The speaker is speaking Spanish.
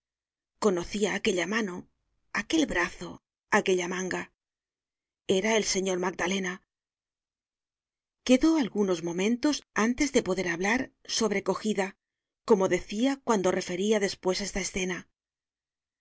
conocia aquella mano aquel brazo aquella manga era el señor magdalena quedó algunos momentos antes de poder hablar sobrecogida como decia cuando referia despues esta escena